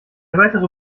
weitere